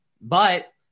but-